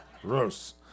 Gross